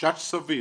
חשש סביר.